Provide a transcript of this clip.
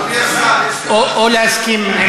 אדוני השר, או להסכים עם